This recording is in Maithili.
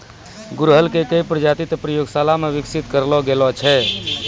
गुड़हल के कई प्रजाति तॅ प्रयोगशाला मॅ विकसित करलो गेलो छै